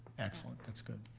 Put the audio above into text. excellent, that's good.